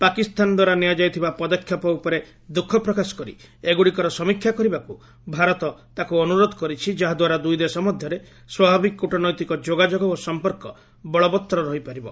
ପାକିସ୍ତାନ ଦ୍ୱାରା ନିଆଯାଇଥିବା ପଦକ୍ଷେପ ଉପରେ ଦୁଃଖ ପ୍ରକାଶ କରି ଏଗୁଡ଼ିକର ସମୀକ୍ଷା କରିବାକୁ ଭାରତ ତାକୁ ଅନୁରୋଧ କରିଛି ଯାହାଦ୍ୱାରା ଦୁଇ ଦେଶ ମଧ୍ୟରେ ସ୍ୱାଭାବିକ କୃଟନୈତିକ ଯୋଗାଯୋଗ ଓ ସମ୍ପର୍କ ବଳବତ୍ତର ରହିପାରିବ